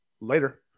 Later